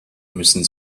müssen